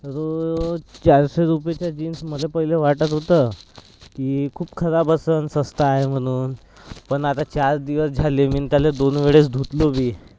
तो चारशे रुपयाचा जीन्स मला पहिले वाटत होतं की खूप खराब असेल स्वस्त आहे म्हणून पण आता चार दिवस झाले मीनं त्याला दोन वेळेस धुतलो बी